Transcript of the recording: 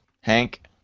Hank